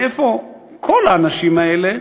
מאיפה כל האנשים האלה